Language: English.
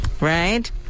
Right